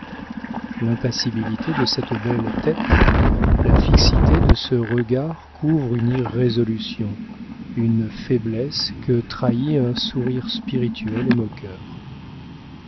l'impassibilité de cette belle tête la fixité de ce regard couvrent une irrésolution une faiblesse que trahit un sourire spirituel et moqueur